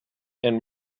and